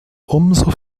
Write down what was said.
umso